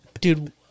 dude